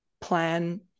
plan